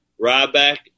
Ryback